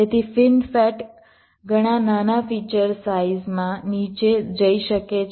તેથી ફીનફેટ ઘણા નાના ફીચર સાઇઝમાં નીચે જઈ શકે છે